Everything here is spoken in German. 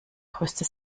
größte